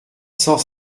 cent